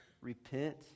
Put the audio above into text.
repent